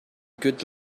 good